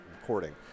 recording